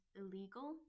illegal